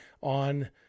on